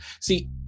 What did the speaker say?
See